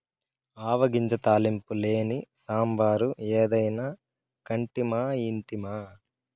ఆవ గింజ తాలింపు లేని సాంబారు ఏదైనా కంటిమా ఇంటిమా